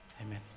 amen